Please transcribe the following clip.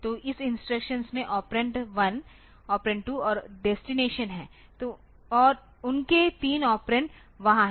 तो इस इंस्ट्रक्शन में ऑपरेंड 1 ऑपरेंड 2 और डेस्टिनेशन हैं उनके 3 ऑपरेंड वहा हैं